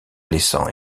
laissant